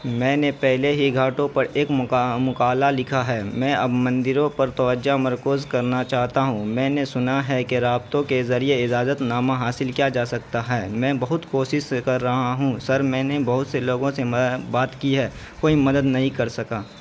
میں نے پہلے ہی گھاٹوں پر ایک مقالہ لکھا ہے میں اب مندروں پر توجہ مرکوز کرنا چاہتا ہوں میں نے سنا ہے کہ رابطوں کے ذریعے اجازت نامہ حاصل کیا جا سکتا ہے میں بہت کوشش کر رہا ہوں سر میں نے بہت سے لوگوں سے میں بات کی ہے کوئی مدد نہیں کر سکا